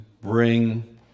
bring